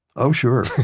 oh sure.